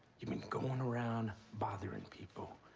you been going around bothering people,